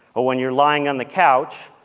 or when you're lying on the couch,